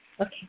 Okay